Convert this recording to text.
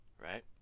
Right